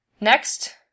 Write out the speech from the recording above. Next